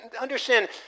understand